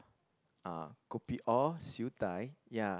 ah kopi-O Siew-Dai ya